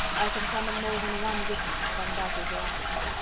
i can summon more than one witness of undoubted veracity.